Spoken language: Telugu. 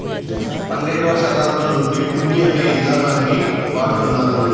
పన్నెండవ శతాబ్దం నుండి హుండీ అనే ఇదానాన్ని వాడుతున్నారు